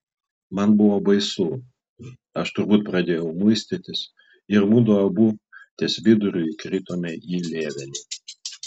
man buvo baisu aš turbūt pradėjau muistytis ir mudu abu ties viduriu įkritome į lėvenį